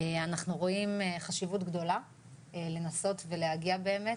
אנחנו רואים חשיבות גדולה לנסות ולהגיע באמת,